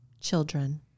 children